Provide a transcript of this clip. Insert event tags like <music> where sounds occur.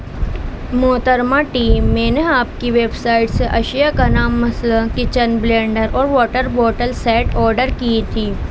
محترمہ <unintelligible> میں نے آپ کی ویب سائٹ سے اشیا کا نام مسئلہ کچن بلینڈر اور واٹر بوٹل سیٹ آرڈر کی تھی